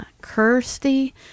Kirsty